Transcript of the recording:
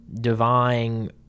divine